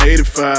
85